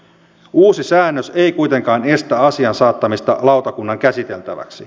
uusi säännös ei kuitenkaan estä asian saattamista lautakunnan käsiteltäväksi